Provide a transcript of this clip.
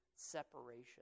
Separation